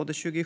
unionen